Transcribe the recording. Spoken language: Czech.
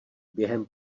během